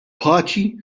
paċi